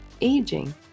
aging